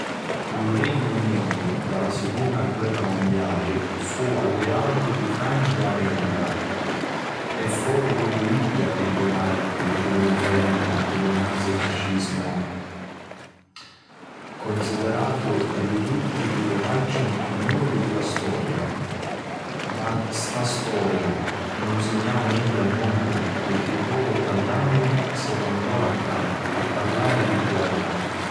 Lu Regnu Unitu nta la secunna guerra mundiali fu alliatu di Francia e America e foru propriu iddi a libirarini di ddu nfernu di fascinazismu, cunsidiratu di tutti una di li pagini chiù niuri di la storia. ma sta sta storia nun nsignau nenti a nuddu pirchì dopu ottant'anni semu ancora cca a parrari di guerra.